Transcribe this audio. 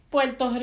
Puerto